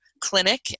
clinic